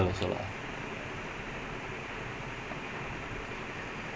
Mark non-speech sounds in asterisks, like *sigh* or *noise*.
oh நேத்து தோத்து போயிட்டாங்களா:nethu thothu poyittaangalaa *laughs*